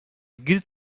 gilt